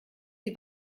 sie